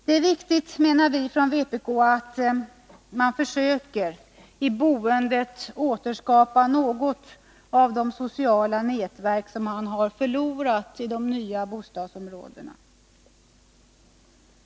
Det är viktigt, menar vi från vpk, att man i boendet försöker återskapa något av det sociala nätverk som har gått förlorat i de nya bostadsområdena.